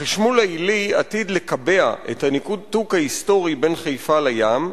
החשמול העילי עתיד לקבע את הניתוק ההיסטורי בין חיפה לים,